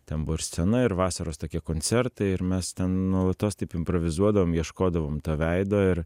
ten buvo ir scena ir vasaros tokie koncertai ir mes ten nuolatos taip improvizuodavom ieškodavom to veido ir